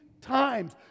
times